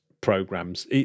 programs